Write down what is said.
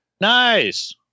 Nice